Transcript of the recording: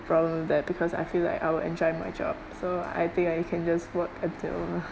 problem with that because I feel like I will enjoy my job so I think I can just work until